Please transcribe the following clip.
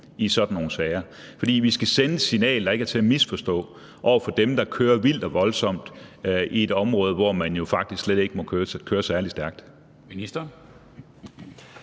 i sådan nogle sager. For vi skal sende et signal, der ikke er til at misforstå, over for dem, der kører vildt og voldsomt i et område, hvor man jo faktisk slet ikke må køre særlig stærkt. Kl.